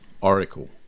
Oracle